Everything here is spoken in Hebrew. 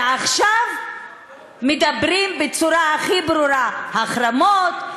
ועכשיו מדברים בצורה הכי ברורה: החרמות,